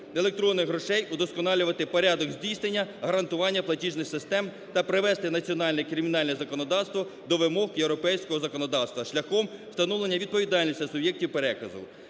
електронних грошей, удосконалювати порядок здійснення, гарантування платіжних систем та привести національне кримінальне законодавство до вимог європейського законодавства шляхом встановлення відповідальності суб'єктів переказу.